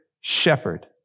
shepherd